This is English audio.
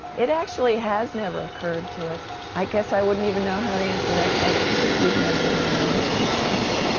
it actually has never occurred to us. i guess i wouldn't even know how to answer that question, because we've never even really talked about it.